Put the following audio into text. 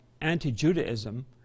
Anti-Judaism